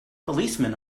policemen